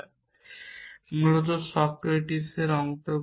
এবং মূলত সক্রেটিস এর অন্তর্গত